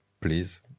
please